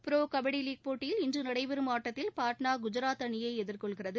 pro kabaddi league போட்டியில் இன்று நடைபெறும் ஆட்டத்தில் பாட்னா எதிர்கொள்கிறது